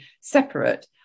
separate